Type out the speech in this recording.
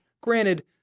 granted